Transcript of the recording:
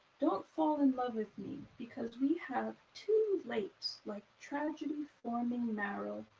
don't fall in love with the because we have too late like tragedy forming marrow,